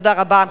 תודה רבה.